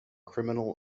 criminal